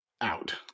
out